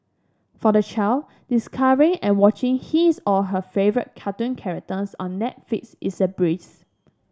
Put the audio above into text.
for the child discovering and watching his or her favourite cartoon characters on Netflix is a breeze